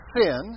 sin